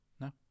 no